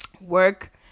work